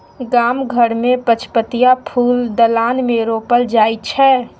गाम घर मे पचपतिया फुल दलान मे रोपल जाइ छै